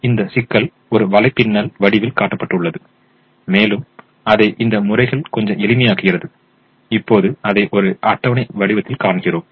இப்போது இந்த சிக்கல் ஒரு வலைப்பின்னல் வடிவில் காட்டப்பட்டுள்ளது மேலும் அதை இந்த முறைகள் கொஞ்சம் எளிமையாக்குகிறது இப்போது அதை ஒரு அட்டவணை வடிவத்தில் காண்கிறோம்